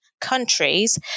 countries